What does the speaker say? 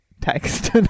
text